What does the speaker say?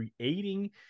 creating